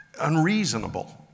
unreasonable